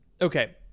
okay